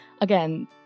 Again